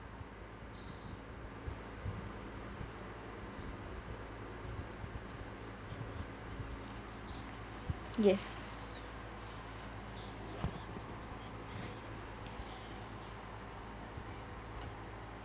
yes